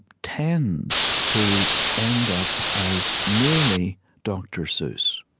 tends to end up as merely dr. seuss.